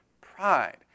pride